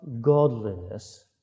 godliness